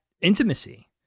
intimacy